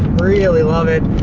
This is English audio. really love it.